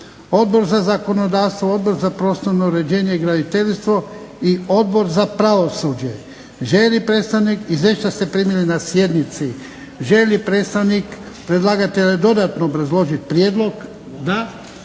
Odbor za zakonodavstvo, Odbor za prostorno uređenje i graditeljstvo i Odbor za pravosuđe. Izvješća ste primili na sjednici. Želi li predstavnik predlagatelja dodatno obrazložiti prijedlog? Da.